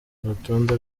urutonde